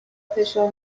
فشار